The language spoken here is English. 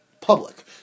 public